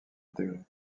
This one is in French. intégrés